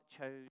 chose